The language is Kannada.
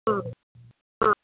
ಹಾಂ ಹಾಂ